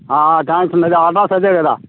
thanks అండి అది address అదే కదా